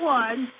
one